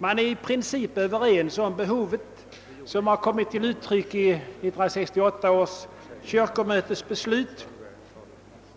Man är i princip överens om behovet, som kommit till uttryck i 1968 års kyrkomötes beslut